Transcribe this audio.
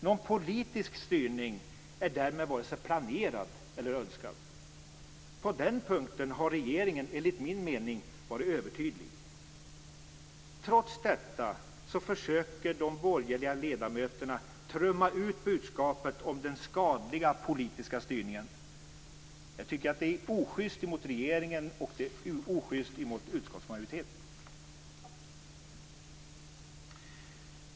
Någon politisk styrning är därmed vare sig planerad eller önskad. På den punkten har regeringen enligt min mening varit övertydlig. Trots detta försöker de borgerliga ledamöterna trumma ut budskapet om den skadliga politiska styrningen. Jag tycker att det är oschyst mot regeringen och utskottsmajoriteten.